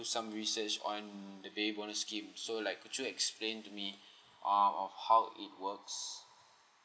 do some research on the baby bonus scheme so like could you explain to me um on how it works